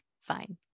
Fine